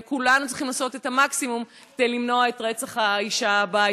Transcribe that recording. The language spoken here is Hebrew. וכולנו צריכים לעשות את המקסימום כדי למנוע את רצח האישה הבאה,